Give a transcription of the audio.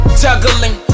juggling